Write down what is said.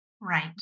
Right